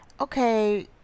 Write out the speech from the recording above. okay